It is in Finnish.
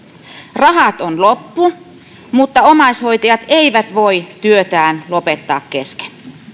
rahat ovat loppu mutta omaishoitajat eivät voi työtään lopettaa kesken